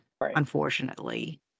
unfortunately